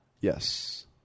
yes